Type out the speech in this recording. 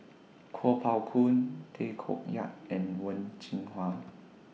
Kuo Pao Kun Tay Koh Yat and Wen Jinhua